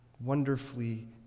wonderfully